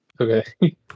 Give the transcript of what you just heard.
Okay